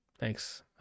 Thanks